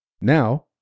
Now